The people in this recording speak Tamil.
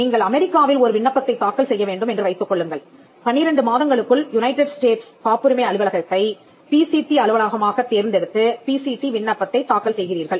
நீங்கள் அமெரிக்காவில் ஒரு விண்ணப்பத்தைத் தாக்கல் செய்ய வேண்டும் என்று வைத்துக்கொள்ளுங்கள் 12 மாதங்களுக்குள் யுனைடட் ஸ்டேட்ஸ் காப்புரிமை அலுவலகத்தைப் பிசிடி அலுவலகமாகத் தேர்ந்தெடுத்து பிசிடி விண்ணப்பத்தைத் தாக்கல் செய்கிறீர்கள்